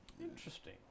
interesting